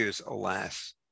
alas